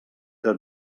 que